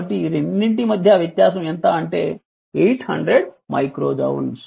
కాబట్టి ఈ రెండింటి మధ్య వ్యత్యాసం ఎంత అంటే 800 మైక్రో జౌల్స్